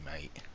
mate